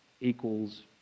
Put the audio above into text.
equals